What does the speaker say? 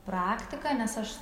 praktika nes aš